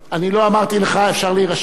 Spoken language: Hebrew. אני לא אמרתי לך, אפשר להירשם.